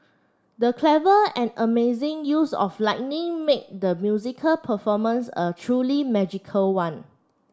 the clever and amazing use of lighting made the musical performance a truly magical one